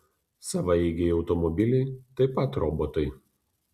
savaeigiai automobiliai taip pat robotai